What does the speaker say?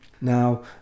Now